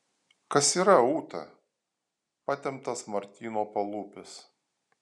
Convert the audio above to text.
kas yra ūta patemptas martyno palūpis